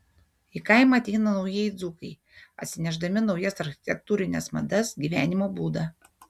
į kaimą ateina naujieji dzūkai atsinešdami naujas architektūrines madas gyvenimo būdą